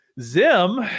Zim